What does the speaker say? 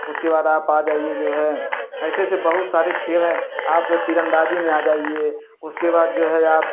उसके बाद आप आ जाइए जो है ऐसे ऐसे बहुत सारे खेल हैं आप तीरंदाजी में आ जाइए उसके बाद जो है आप